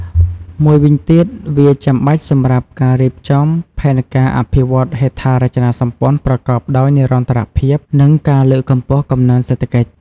មួយវិញទៀត វាចាំបាច់សម្រាប់ការរៀបចំផែនការអភិវឌ្ឍន៍ហេដ្ឋារចនាសម្ព័ន្ធប្រកបដោយនិរន្តរភាព និងការលើកកម្ពស់កំណើនសេដ្ឋកិច្ច។